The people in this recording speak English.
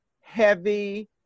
heavy